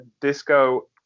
Disco